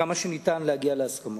עד כמה שניתן להגיע להסכמות,